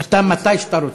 אתה, מתי שאתה רוצה.